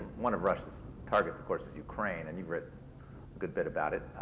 one of russia's targets, of course, is ukraine, and you've written a good bit about it.